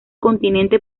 continente